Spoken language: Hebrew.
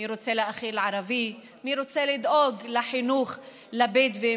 "מי רוצה להאכיל ערבי" מי רוצה לדאוג לחינוך לבדואים,